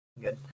good